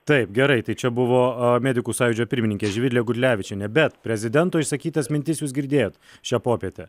taip gerai tai čia buvo medikų sąjūdžio pirmininkė živilė gudlevičienė bet prezidento išsakytas mintis jūs girdėjot šią popietę